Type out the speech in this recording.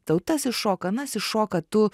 tau tas iššoka anas iššoka tu